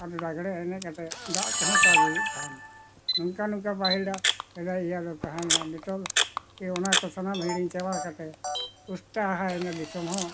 ᱟᱨ ᱞᱟᱜᱽᱲᱮ ᱮᱱᱮᱡ ᱠᱟᱛᱮᱜ ᱫᱟᱜ ᱠᱚᱦᱚᱸ ᱠᱚ ᱟᱜᱩᱭᱮᱫ ᱛᱟᱦᱮᱱᱟ ᱱᱚᱝᱠᱟ ᱱᱚᱝᱠᱟ ᱯᱟᱹᱦᱤᱞ ᱫᱚ ᱥᱮᱫᱟᱭ ᱤᱭᱟᱹ ᱫᱚ ᱛᱟᱦᱮᱸ ᱞᱮᱱᱟ ᱱᱤᱛᱳᱜ ᱚᱱᱟ ᱠᱚ ᱥᱟᱱᱟᱢ ᱦᱤᱲᱤᱧ ᱪᱟᱵᱟ ᱠᱟᱛᱮ ᱯᱚᱥᱴᱟ ᱦᱟᱭ ᱮᱱᱟ ᱫᱤᱥᱚᱢ ᱦᱚᱸ